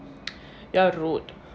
you are rude